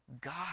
God